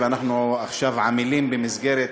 ואנחנו עכשיו עמלים במסגרת